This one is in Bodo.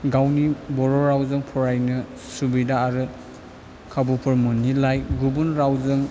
गावनि बर' रावजों फरायनो सुबिदा आरो खाबुफोर मोनिलाय गुबुन रावजों